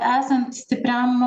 esant stipriam